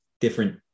different